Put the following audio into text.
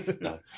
no